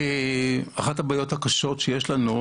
אחת הבעיות הקשות שיש לנו,